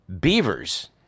beavers